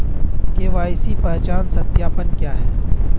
KYC पहचान सत्यापन क्या है?